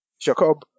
Jacob